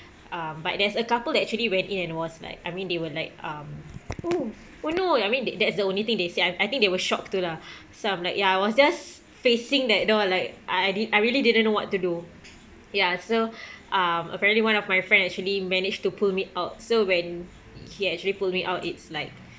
um but there's a couple that actually went in and was like I mean they were like um oh oh no I mean that that's the only thing they said I think they were shocked too lah so I'm like ya I was just facing that door like I did~ I really didn't know what to do ya so um apparently one of my friend actually managed to pull me out so when he actually pulled me out it's like